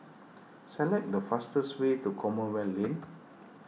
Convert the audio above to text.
select the fastest way to Commonwealth Lane